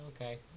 Okay